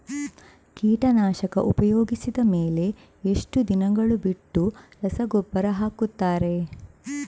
ಕೀಟನಾಶಕ ಉಪಯೋಗಿಸಿದ ಮೇಲೆ ಎಷ್ಟು ದಿನಗಳು ಬಿಟ್ಟು ರಸಗೊಬ್ಬರ ಹಾಕುತ್ತಾರೆ?